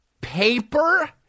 paper